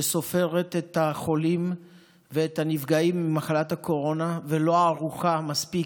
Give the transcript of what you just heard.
שסופרת את החולים ואת הנפגעים ממחלת הקורונה ולא ערוכה מספיק,